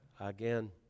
again